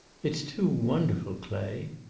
it's too wonderful, clay.